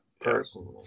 personally